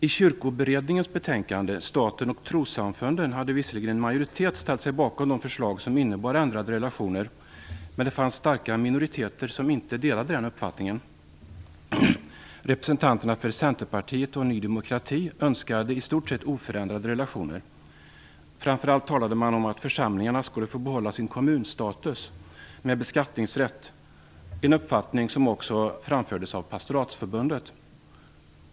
I Kyrkoberedningens betänkande Staten och trossamfunden hade visserligen en majoritet ställt sig bakom de förslag som innebar ändrade relationer, men det fanns starka minoriteter som inte delade den uppfattningen. Representanterna för Centerpartiet och Ny demokrati önskade i stort sett oförändrade relationer. Framför allt talade man om att församlingarna skulle få behålla sin kommunstatus med beskattningsrätt - en uppfattning som också framfördes av Pastoratsförbundet.